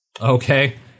Okay